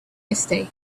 mistake